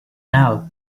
now